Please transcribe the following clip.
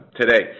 today